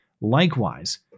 Likewise